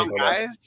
guys